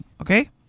Okay